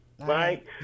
Right